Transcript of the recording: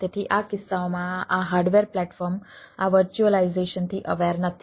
તેથી આ કિસ્સાઓમાં આ હાર્ડવેર પ્લેટફોર્મ આ વર્ચ્યુઅલાઈઝેશનથી અવેર નથી